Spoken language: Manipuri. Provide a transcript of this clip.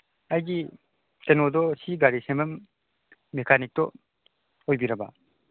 ꯑꯩꯒꯤ ꯀꯩꯅꯣꯗꯣ ꯁꯤ ꯒꯥꯔꯤ ꯁꯦꯝꯕꯝ ꯃꯦꯀꯥꯅꯤꯛꯇꯣ ꯑꯣꯏꯕꯤꯔꯕ